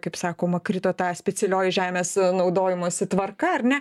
kaip sakoma krito ta specialioji žemės naudojimosi tvarka ar ne